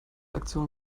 aktion